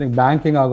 banking